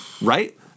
Right